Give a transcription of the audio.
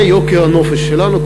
ועם יוקר הנופש שלנו?